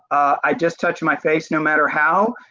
i just touch my face no matter how,